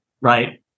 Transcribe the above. Right